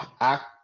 act